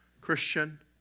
Christian